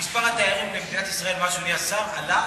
מספר התיירים במדינת ישראל מאז שהוא נהיה שר עלה